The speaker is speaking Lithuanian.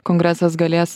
kongresas galės